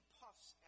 puffs